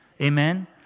Amen